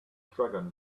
dragon